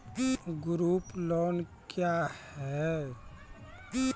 Group loan क्या है?